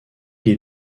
les